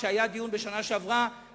כשהיה דיון בשנה שעברה,